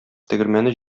тегермәне